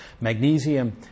magnesium